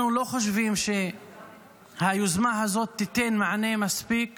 אנחנו לא חושבים שהיוזמה הזאת תיתן מענה מספיק